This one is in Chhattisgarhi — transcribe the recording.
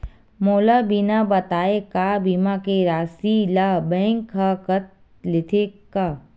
मोला बिना बताय का बीमा के राशि ला बैंक हा कत लेते का?